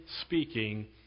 speaking